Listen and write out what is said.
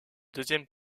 deuxième